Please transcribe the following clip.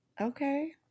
Okay